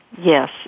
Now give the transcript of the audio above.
Yes